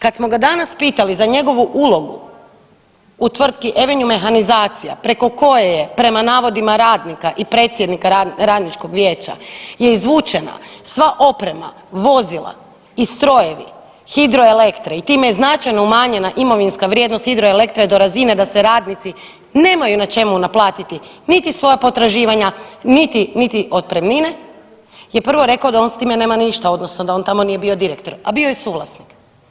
Kad smo ga danas pitali za njegovu ulogu u tvrtki Avenue mehanizacija preko koje je prema navodima radnika i predsjednika radničkog vijeća je izvučena sva oprema, vozila i strojevi Hidroelektre i time značajno umanjena imovinska vrijednost Hidroelektre je do razine da se radnici nemaju na čemu naplatiti niti svoja potraživanja niti otpremnine je prvo rekao da on s time nema ništa odnosno da on tamo nije bio direktor, a bio je suvlasnik.